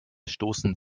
stoßen